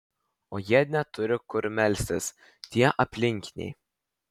o jie neturi kur melstis tie aplinkiniai